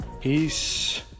Peace